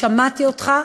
ושמעתי אותך,